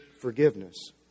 forgiveness